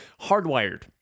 Hardwired